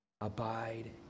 Abide